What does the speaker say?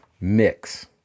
mix